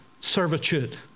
servitude